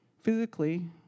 physically